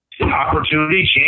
opportunity